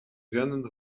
rennen